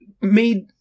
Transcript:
made